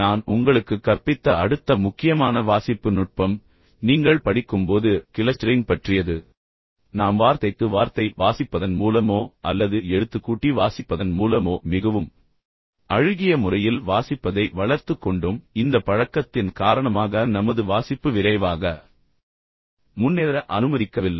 நான் உங்களுக்குக் கற்பித்த அடுத்த முக்கியமான வாசிப்பு நுட்பம் நீங்கள் படிக்கும்போது கிளஸ்டரிங் பற்றியது ஏனென்றால் நம்மில் பெரும்பாலோர் வார்த்தைக்கு வார்த்தை வாசிப்பதன் மூலமோ அல்லது எழுத்துக்கூட்டி வாசிப்பதன் மூலமோ மிகவும் அழுகிய முறையில் வாசிப்பதை வளர்த்துக் கொண்டோம் மேலும் இந்த பழக்கத்தின் காரணமாக நமது வாசிப்பு விரைவாக முன்னேற அனுமதிக்கவில்லை